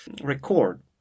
record